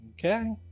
Okay